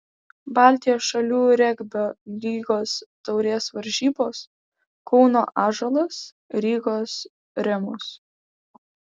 baltijos šalių regbio lygos taurės varžybos kauno ąžuolas rygos remus